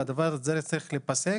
והדבר הזה צריך להיפסק,